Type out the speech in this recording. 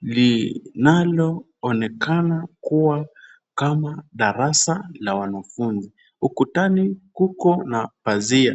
linalo onekana kuwa kama darasa la wanafunzi. Ukutani kuko na pazia.